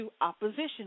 opposition